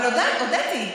אבל הודיתי.